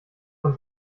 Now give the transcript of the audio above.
von